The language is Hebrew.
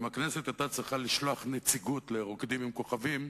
אם הכנסת היתה צריכה לשלוח נציגות ל"רוקדים עם כוכבים"